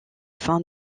fin